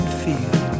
feel